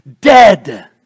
dead